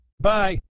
bye